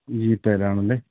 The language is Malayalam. ജീപ്പേലാണല്ലേ